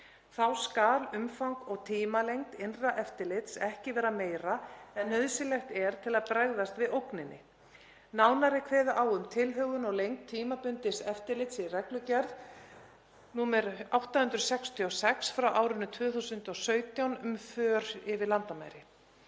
Þá skal umfang og tímalengd innra eftirlits ekki vera meira en nauðsynlegt er til að bregðast við ógninni. Nánar er kveðið á um tilhögun og lengd tímabundins eftirlits í reglugerð nr. 866/2017 um för yfir landamæri.